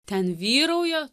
ten vyrauja